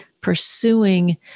pursuing